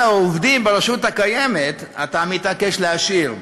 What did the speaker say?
העובדים ברשות הקיימת אתה מתעקש להשאיר.